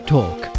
Talk